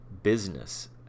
business